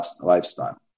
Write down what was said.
lifestyle